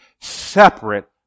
separate